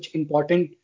important